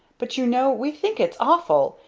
but you know we think it's awful,